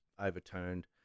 overturned